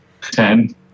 Ten